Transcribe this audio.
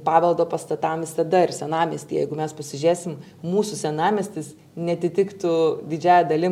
paveldo pastatam visada ir senamiesty jeigu mes pasižiūrėsim mūsų senamiestis neatitiktų didžiąja dalim